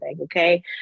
okay